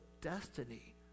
destiny